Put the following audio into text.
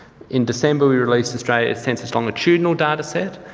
in december we released australia's census longitudinal data set.